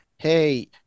hey